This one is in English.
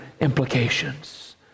implications